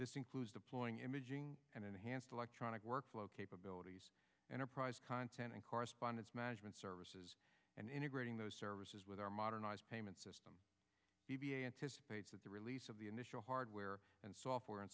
this includes deploying imaging and enhanced electronic workflow capabilities enterprise content and correspondence management services and integrating those services with our modernized payment system anticipates that the release of the initial hardware and software